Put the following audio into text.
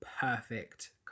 perfect